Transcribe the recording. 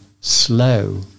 slow